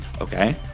Okay